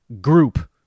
group